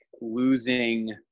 losing